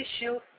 issue